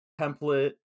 template